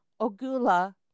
Ogula